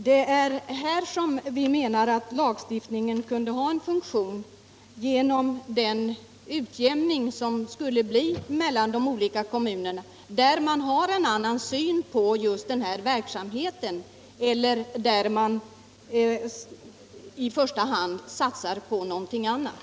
Det är därför vi anser att en lagstiftning skulle kunna fylla en funktion för att åstadkomma en utjämning mellan kommunerna och skapa bättre förhållanden där man har en annan syn på den här verksamheten och där man i första hand satsar på någonting annat.